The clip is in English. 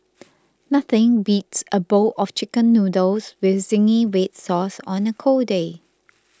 nothing beats a bowl of Chicken Noodles with Zingy Red Sauce on a cold day